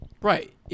Right